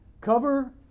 cover